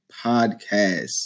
Podcast